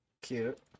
Cute